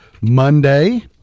Monday